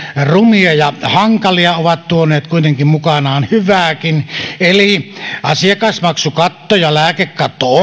rumia ja hankalia ovat tuoneet kuitenkin mukanaan hyvääkin eli asiakasmaksukatto ja lääkekatto